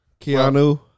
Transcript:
Keanu